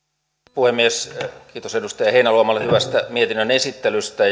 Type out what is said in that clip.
puhemies kiitos edustaja heinäluomalle hyvästä mietinnön esittelystä